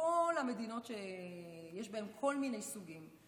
המדינות שיש בהן כל מיני סוגים,